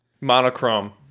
Monochrome